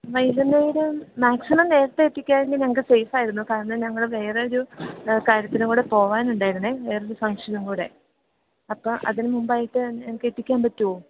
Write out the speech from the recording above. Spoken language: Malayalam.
വൈകുന്നേരം മാക്സിമം നേരത്തെ എത്തിക്കുകയാണെങ്കിൽ ഞങ്ങൾക്ക് സേഫ് ആയിരുന്നു കാരണം ഞങ്ങൾ വേറെ ഒരു കാര്യത്തിനും കൂടെ പോവാനുണ്ടായിരുന്നെ വേറൊരു ഫംഗ്ഷനും കൂടെ അപ്പം അതിന് മുമ്പായിട്ട് തന്നെ ഞങ്ങൾക്കെത്തിക്കാന് പറ്റുമോ